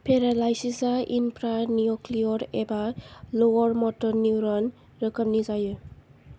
पेरालाइसिसा infranuclear एबा lower motor neuron रोखोमनि जायो